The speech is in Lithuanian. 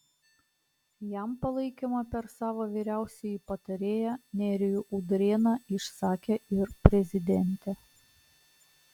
jam palaikymą per savo vyriausiąjį patarėją nerijų udrėną išsakė ir prezidentė